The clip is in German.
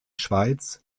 schweiz